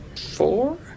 four